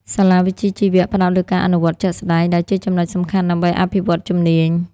សាលាវិជ្ជាជីវៈផ្តោតលើការអនុវត្តជាក់ស្តែង ដែលជាចំណុចសំខាន់ដើម្បីអភិវឌ្ឍជំនាញ។